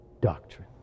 doctrine